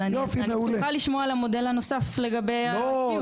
אבל אני פתוחה לשמוע על המודל הנוסף לגבי ה --- לא.